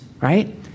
right